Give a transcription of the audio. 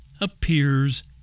appears